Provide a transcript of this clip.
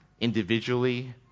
individually